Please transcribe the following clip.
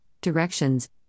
directions